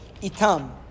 itam